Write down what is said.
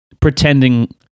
pretending